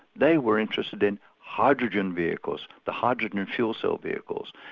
they were interested in hydrogen vehicles, the hydrogen and fuel cell vehicles,